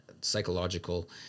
psychological